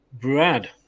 Brad